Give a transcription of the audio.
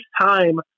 time